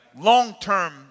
long-term